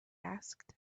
asked